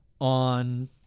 on